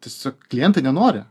tiesiog klientai nenori